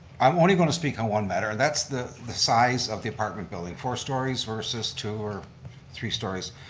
i'm only going to speak on one matter and that's the the size of the apartment building. four stories versus two or three stories.